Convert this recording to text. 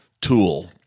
tool